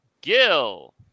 Gil